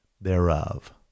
thereof